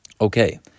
Okay